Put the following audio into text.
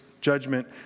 judgment